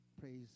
praise